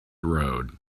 road